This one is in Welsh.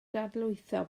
dadlwytho